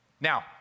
Now